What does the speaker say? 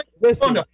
Listen